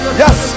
yes